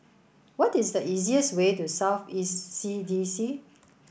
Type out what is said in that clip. what is the easiest way to South East C D C